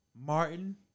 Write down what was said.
Martin